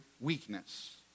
weakness